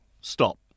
Stop